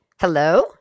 Hello